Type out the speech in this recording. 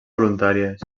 voluntàries